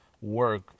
work